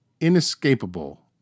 Inescapable